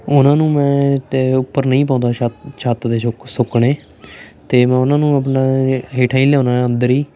ਉਹਨਾਂ ਨੂੰ ਮੈਂ ਉੱਤੇ ਉੱਪਰ ਨਹੀਂ ਪਾਉਂਦਾ ਛੱਤ 'ਤੇ ਸੁੱਖ ਸੁੱਕਣੇ ਅਤੇ ਮੈਂ ਉਹਨਾਂ ਨੂੰ ਆਪਣਾ ਹੇਠਾਂ ਹੀ ਲਿਆਉਨਾ ਅੰਦਰ ਹੀ